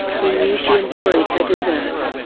he knew she enjoyed her desserts,